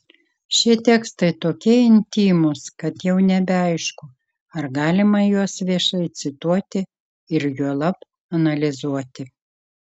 šie tekstai tokie intymūs kad jau nebeaišku ar galima juos viešai cituoti ir juolab analizuoti